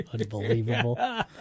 Unbelievable